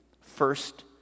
first